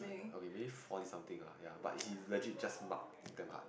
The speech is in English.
okay maybe forty something lah ya but he legit just mug damn hard